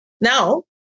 Now